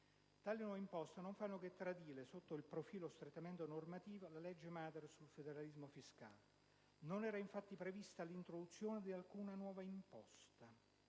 Tali nuove imposte non fanno che tradire sotto il profilo strettamente normativo la legge madre sul federalismo fiscale: non era, infatti, prevista l'introduzione di alcuna nuova imposta.